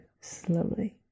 slowly